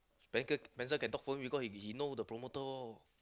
Spencer Spencer can talk for me because he know the promoter all